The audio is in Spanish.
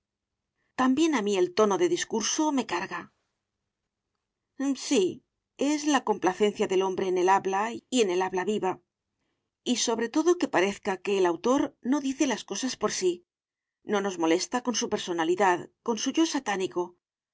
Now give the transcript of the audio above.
también a mí el tono de discurso me carga sí es la complacencia del hombre en el habla y en el habla viva y sobre todo que parezca que el autor no dice las cosas por sí no nos molesta con su personalidad con su yo satánico